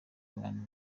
abantu